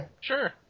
sure